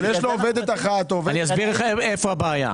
אבל יש לו עובדת אחת או עובד --- אני אסביר לכם איפה הבעיה,